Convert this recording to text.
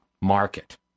market